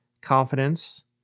confidence